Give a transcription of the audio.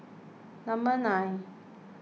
number nine